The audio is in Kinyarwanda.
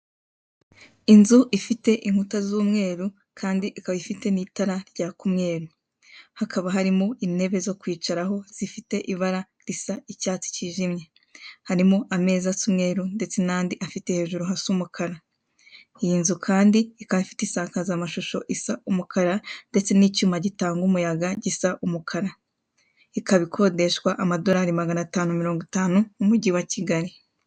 Inzu ifite inkuta z'umweru kandi ikaba ifite n'itara ryaka umweru. Hakaba harimo intebe zo kwicaraho zifite ibara risa icyatsi kijimye. Harimo ameza asa umweru ndetse n'andi afite hejuru hasa umukara, Iyi nzu kandi ikaba ifite isakazamashusho isa umukara ndetse n'icyuma gitanga umuyaga gisa umukara. Ikaba ikodeshwa amadorari magana atanu mirongo itanu mu mujyi wa Kigali.